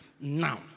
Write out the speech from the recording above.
now